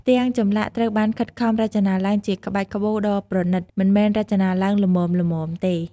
ផ្ទាំងចម្លាក់ត្រូវបានខិតខំរចនាឡើងជាក្បាច់ក្បូរដ៏ប្រណិត មិនមែនរចនាឡើងល្មមៗទេ។